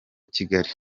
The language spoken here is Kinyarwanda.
kigali